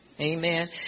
Amen